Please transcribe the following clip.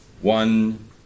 one